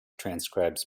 transcribes